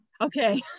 Okay